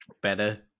better